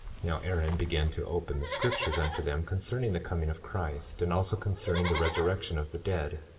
now aaron began to open the scriptures unto them concerning the coming of christ, and also concerning the resurrection of the dead,